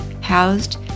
housed